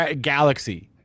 galaxy